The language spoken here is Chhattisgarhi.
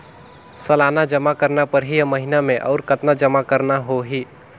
सालाना जमा करना परही या महीना मे और कतना जमा करना होहि?